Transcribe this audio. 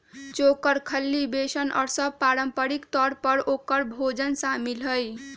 चोकर, खल्ली, बेसन और सब पारम्परिक तौर पर औकर भोजन में शामिल हई